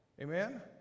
Amen